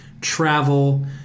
travel